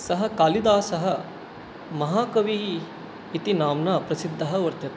सः कालिदासः महाकविः इति नाम्ना प्रसिद्धः वर्तते